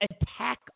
attack